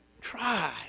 try